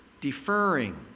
deferring